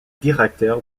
directeur